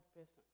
person